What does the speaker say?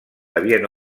havien